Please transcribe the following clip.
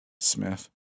Smith